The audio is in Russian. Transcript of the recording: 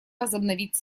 возобновить